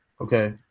Okay